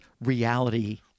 reality